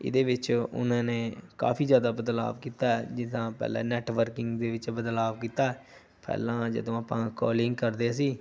ਇਹਦੇ ਵਿੱਚ ਉਹਨਾਂ ਨੇ ਕਾਫੀ ਜ਼ਿਆਦਾ ਬਦਲਾਅ ਕੀਤਾ ਜਿੱਦਾਂ ਪਹਿਲਾਂ ਨੈਟਵਰਕਿੰਗ ਦੇ ਵਿੱਚ ਬਦਲਾਅ ਕੀਤਾ ਪਹਿਲਾਂ ਜਦੋਂ ਆਪਾਂ ਕੋਲਿੰਗ ਕਰਦੇ ਸੀ